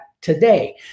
today